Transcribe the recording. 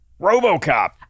RoboCop